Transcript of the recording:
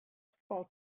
football